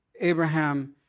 Abraham